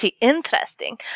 interesting